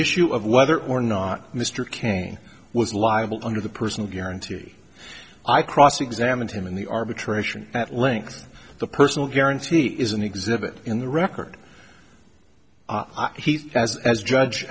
issue of whether or not mr cain was liable under the personal guarantee i cross examined him in the arbitration at length the personal guarantee is an exhibit in the record he as as judge